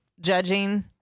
judging